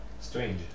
Strange